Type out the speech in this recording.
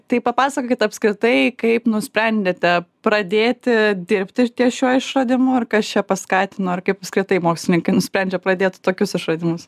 tai papasakokit apskritai kaip nusprendėte pradėti dirbti ties šiuo išradimu ir kas čia paskatino ar kaip apskritai mokslininkai nusprendžia pradėt tokius išradimus